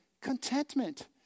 contentment